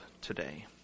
today